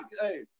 Hey